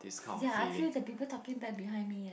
ya I feel the people talking bad behind me eh